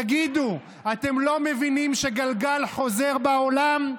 תגידו, אתם לא מבינים שגלגל חוזר בעולם?